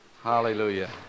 Hallelujah